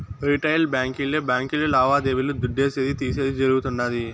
retail బాంకీలే బాంకీలు లావాదేవీలు దుడ్డిసేది, తీసేది జరగుతుండాది